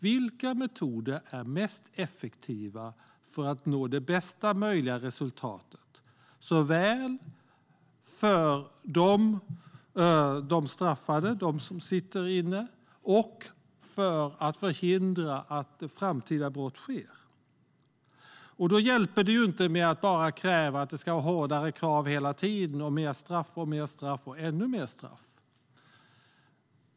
Vilka metoder är mest effektiva för att nå bästa möjliga resultat för de straffade, alltså de som sitter inne, och för att förhindra att framtida brott sker? Då hjälper det inte att kräva hårdare tag och mer och mer straff.